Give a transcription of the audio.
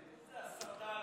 איזה הסתה עלובה.